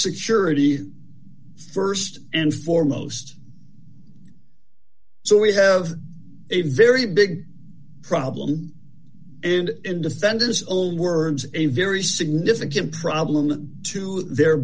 security st and foremost so we have a very big problem and in defendant's own words a very significant problem to their